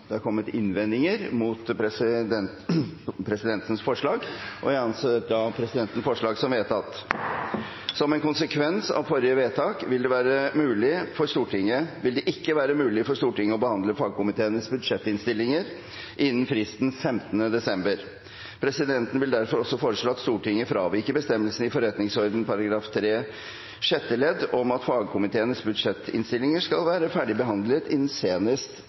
det har kommet innvendinger mot hans forslag – og presidentens forslag anses vedtatt. Som en konsekvens av forrige vedtak vil det ikke være mulig for Stortinget å behandle fagkomiteenes budsjettinnstillinger innen fristen, 15. desember. Presidenten vil derfor også foreslå at Stortinget fraviker bestemmelsen i forretningsordenens § 43 sjette ledd om at fagkomiteenes budsjettinnstillinger skal være ferdig behandlet senest